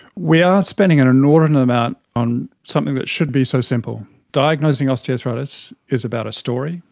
we are spending an inordinate amount on something that should be so simple. diagnosing osteoarthritis is about a story,